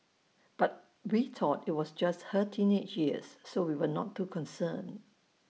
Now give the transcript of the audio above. but we thought IT was just her teenage years so we were not too concerned